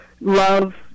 love